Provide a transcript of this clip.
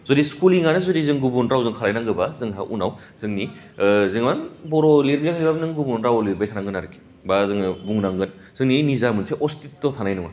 जुदि सलिङानो जुदि जों गुबुन रावजों खालाय नांगौबा जोंहा उनाव जोंनि जिमान बर' लिरनो हायाबाबो नों गुबुन रावाव लिरबाय थानांगोन आरखि बा जोङो बुंनांगोन जोंनि निजा मोनसे असटिथ्ट' थानाय नङा